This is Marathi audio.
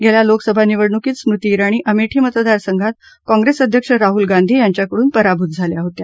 गेल्या लोकसभा निवडणुकीत स्मृती जिणी अमेठी मतदार संघात काँप्रेस अध्यक्ष राहुल गांधी यांच्याकडून पराभूत झाल्या होत्या